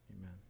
Amen